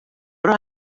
però